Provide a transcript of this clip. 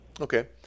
Okay